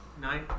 Nine